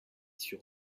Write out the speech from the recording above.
sur